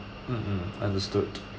mm mm understood